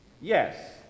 Yes